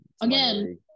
Again